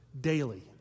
daily